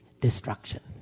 destruction